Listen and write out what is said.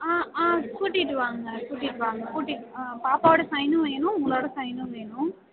ஆ ஆ கூட்டிகிட்டு வாங்க கூட்டிகிட்டு வாங்க கூட்டிகிட்டு ஆ பாப்பாவோடய சைனும் வேணும் உங்களோடய சைனும் வேணும்